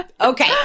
Okay